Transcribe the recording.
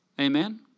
Amen